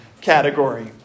category